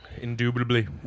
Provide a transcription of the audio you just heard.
Indubitably